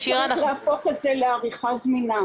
סיגריית אייקוס ו-5.2 נקודות מכירה של סיגריית ג'ול.